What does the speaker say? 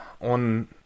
on